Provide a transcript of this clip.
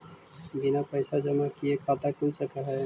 बिना पैसा जमा किए खाता खुल सक है?